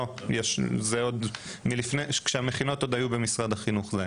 לא, זה עוד קיים כשהמכינות היו במשרד החינוך.